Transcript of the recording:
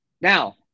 Now